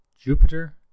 Jupiter